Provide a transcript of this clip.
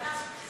ועדה,